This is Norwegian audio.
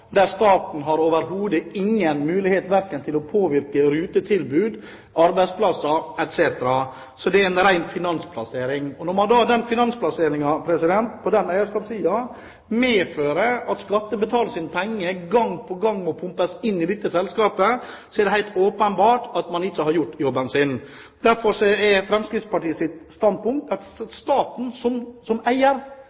der staten overhodet ikke har noen mulighet til å påvirke rutetilbud, arbeidsplasser, etc. Så det er en ren finansplassering. Når denne finansplasseringen på eierskapssiden medfører at skattebetalernes penger gang på gang må pumpes inn i dette selskapet, er det helt åpenbart at man ikke har gjort jobben sin. Derfor er Fremskrittspartiets standpunkt at